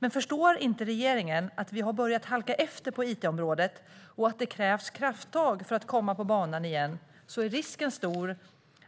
Men förstår inte regeringen att vi har börjat halka efter på it-området och att det krävs krafttag för att komma på banan igen? Risken är stor